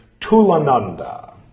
Tulananda